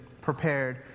prepared